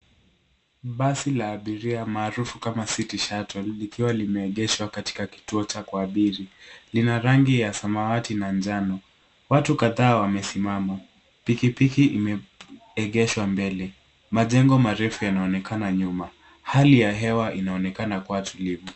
Basi la abiria maarufu kama city shuttle likiwa limeegeshwa katika kituo cha kuabiri lina rangi ya samawati na manjano watu kadhaa wamesimama pikipiki imeegeshwa mbele majengo marefu yanaonekana nyuma hali ya hewa inaonekana kuwa tulivu.